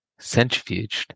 Centrifuged